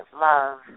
love